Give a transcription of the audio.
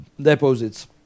deposits